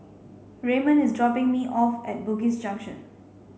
Raymond is dropping me off at Bugis Junction